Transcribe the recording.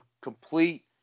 complete